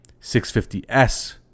650S